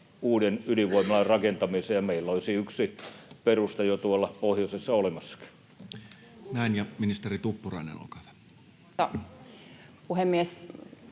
uuden ydinvoimalan rakentamiseen ja meillä olisi yksi perusta jo tuolla pohjoisessa olemassakin. Näin. — Ja ministeri Tuppurainen, olkaa hyvä.